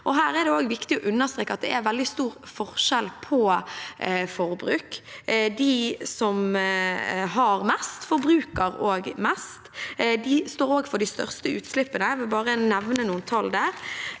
det også viktig å understreke at det er veldig stor forskjell på forbruk. De som har mest, forbruker også mest. De står også for de største utslippene. Jeg vil bare nevne noen tall her.